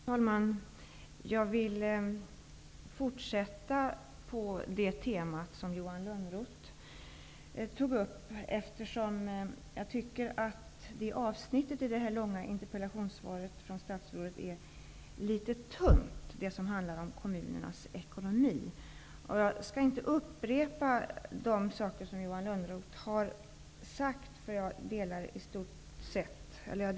Herr talman! Jag vill fortsätta på det tema som Johan Lönnroth tog upp, eftersom jag tycker att det avsnittet i det långa interpellationssvaret från statsrådet som handlar om kommunernas ekonomi är litet tunt. Jag skall inte upprepa det som Johan Lönnroth har sagt för jag delar hans uppfattning.